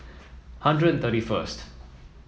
hundred and thirty first